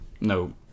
No